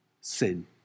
sin